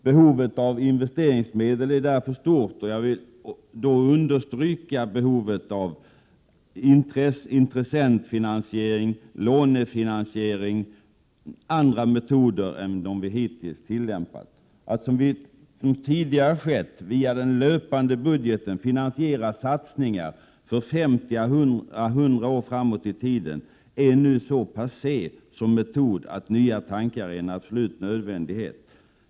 Behovet av investeringsmedel är stort, och jag vill understryka behovet av intressentfinansiering och lånefinansiering — andra metoder än de vi hittills En framtidsinriktad tillämpat. Att, som tidigare skett, via den löpande budgeten finansiera satsningar för 50 å 100 år framåt i tiden, är nu så passé som metod att nya tankar är en absolut nödvändighet.